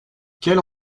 quelle